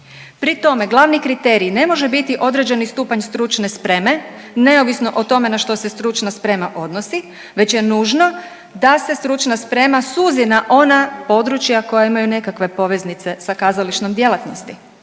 Pri tome glavni kriterij ne može biti određeni stupanj stručne spreme neovisno o tome na što se stručna sprema odnosi već je nužno da se stručna sprema suzi na ona područja koja imaju nekakve poveznice sa kazališnom djelatnosti,